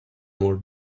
more